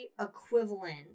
equivalent